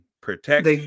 protect